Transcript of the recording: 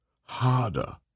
harder